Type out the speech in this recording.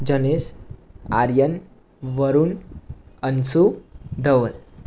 Janesh Aryan Varun Anshu Dhaval